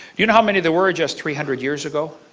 you know how many there were just three hundred years ago?